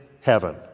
heaven